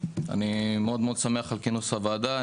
אני מאוד מאוד שמח על כינוס הוועדה,